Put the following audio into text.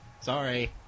Sorry